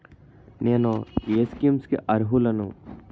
నేను ఏ స్కీమ్స్ కి అరుహులను?